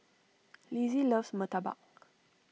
Lizzie loves Murtabak